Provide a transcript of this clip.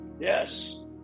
yes